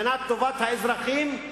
מבחינת טובת האזרחים,